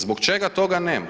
Zbog čega toga nema?